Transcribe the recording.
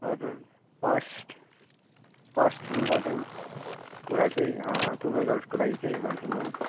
हजुर first first important कुरा चाहिँ टु विलर्सको लागि चाहिँ भन्छु म